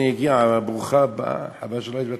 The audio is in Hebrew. הנה הגיעה, ברוכה הבאה, חבל שלא היית בהתחלה.